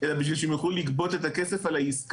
אלא בשביל שהם יוכלו לגבות את הכסף על העיסקה